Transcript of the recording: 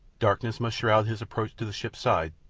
darkness must shroud his approach to the ship's side,